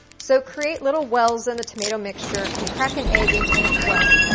so create little wells in the tomato mixture, and crack an egg into each well.